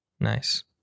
nice